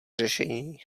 řešení